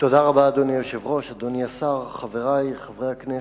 אדוני היושב-ראש, אדוני השר, חברי חברי הכנסת,